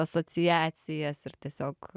asociacijas ir tiesiog